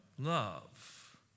Love